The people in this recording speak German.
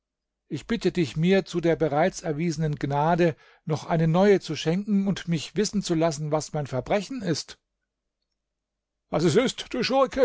ich bitte dich mir zu der bereits erwiesenen gnade noch eine neue zu schenken und mich wissen zu lassen was mein verbrechen ist was es ist